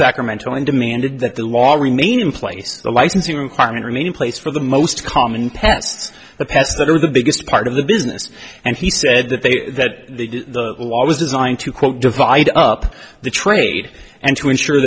sacramento and demanded that the laws remain in place the licensing requirement remain in place for the most common pets the pets that are the biggest part of the business and he said that they that the law was designed to quote divide up the trade and to ensure